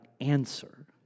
answer